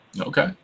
Okay